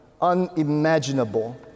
unimaginable